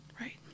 Right